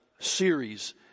series